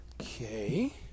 Okay